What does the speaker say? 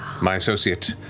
my associate.